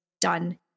done